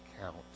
count